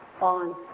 on